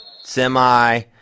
semi